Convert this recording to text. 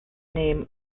name